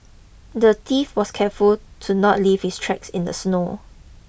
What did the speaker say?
the thief was careful to not leave his tracks in the snow